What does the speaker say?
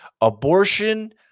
Abortion